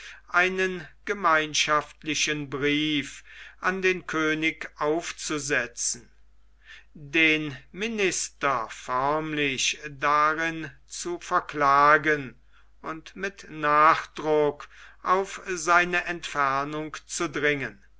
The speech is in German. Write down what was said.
einen gemeinschaftlichen brief an den könig aufzusetzen den minister förmlich darin zu verklagen und mit nachdruck auf seine entfernung zu dringen